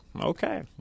Okay